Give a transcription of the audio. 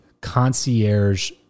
concierge